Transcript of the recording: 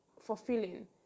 fulfilling